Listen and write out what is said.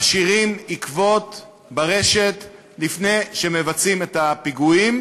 משאירים ברשת לפני שמבצעים את הפיגועים